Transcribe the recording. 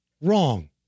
wrong